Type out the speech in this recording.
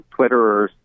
Twitterers